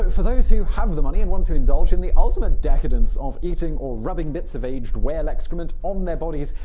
for those who have the money and want to indulge in the ultimate decadence of eating or rubbing bits of aged whale excrement on their bodies,